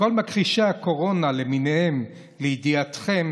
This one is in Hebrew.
לכל מכחישי הקורונה למיניהם, לידיעתכם,